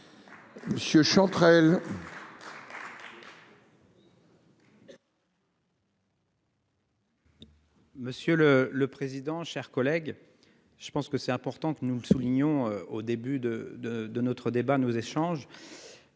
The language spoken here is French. Monsieur le. Le président, chers collègues, je pense que c'est important que nous le soulignons au début de, de, de notre débat nos échanges.